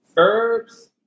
Herbs